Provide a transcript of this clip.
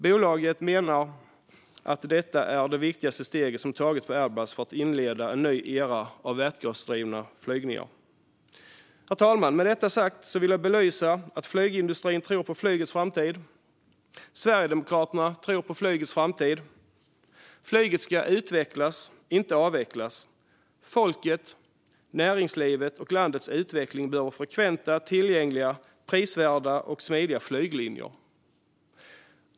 Bolaget menar att detta är det viktigaste steget som tagits på Airbus för att inleda en ny era av vätgasdrivna flygningar. Herr talman! Med detta sagt vill jag belysa att flygindustrin tror på flygets framtid. Sverigedemokraterna tror på flygets framtid. Flyget ska utvecklas, inte avvecklas. Folket, näringslivet och landets utveckling behöver frekventa, tillgängliga, prisvärda och smidiga flyglinjer.